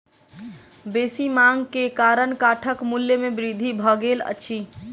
बेसी मांग के कारण काठक मूल्य में वृद्धि भ गेल अछि